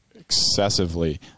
excessively